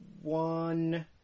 One